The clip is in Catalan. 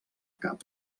cap